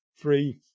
three